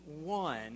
one